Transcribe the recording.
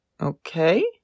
okay